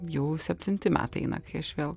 jau septinti metai eina kai aš vėl